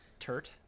Turt